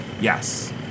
Yes